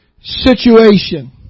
situation